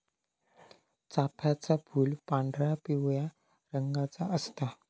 चाफ्याचा फूल पांढरा, पिवळ्या रंगाचा असता